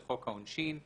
לחוק העונשין,